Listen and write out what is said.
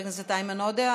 חבר הכנסת איימן עודה,